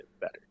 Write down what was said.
better